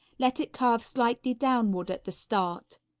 let it curve slightly downward at the start.